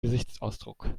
gesichtsausdruck